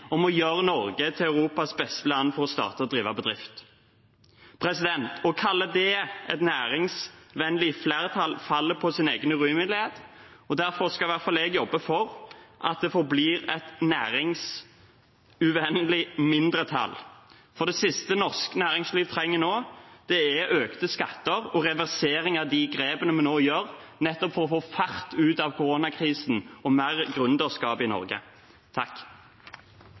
om å gjøre Norge til Europas beste land for å starte og drive bedrift. Å kalle det et næringsvennlig flertall faller på sin egen urimelighet, og derfor skal i hvert fall jeg jobbe for at det forblir et næringsuvennlig mindretall. For det siste norsk næringsliv trenger nå, er økte skatter og reversering av de grepene vi nå tar nettopp for å få fart ut av koronakrisen og få mer gründerskap i Norge.